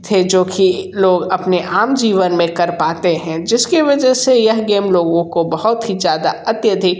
थे जो कि लोग अपने आम जीवन में कर पाते हैं जिसके वजह से यह गेम लोगों को बहुत ही ज़्यादा अत्याधिक